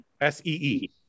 S-E-E